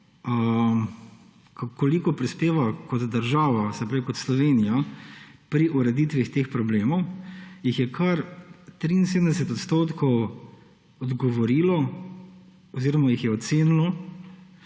koliko prispeva država, se pravi Slovenija, pri ureditvi teh problemov, jih je kar 73 odstotkov odgovorilo oziroma jih je ocenilo